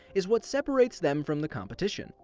is what separates them from the competition.